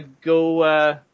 go